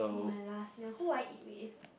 my last meal who I eat with